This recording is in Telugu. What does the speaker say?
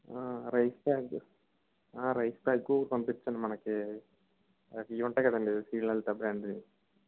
రైస్ బ్యాగ్ రైస్బ్యాగు పంపించండి మనకి ఇవి ఉంటాయి కదండి శ్రీలలిత బ్రాండువి